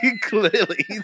Clearly